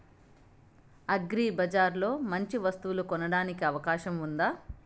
అగ్రిబజార్ లో మంచి వస్తువు కొనడానికి అవకాశం వుందా?